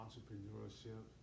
Entrepreneurship